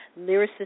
Lyricist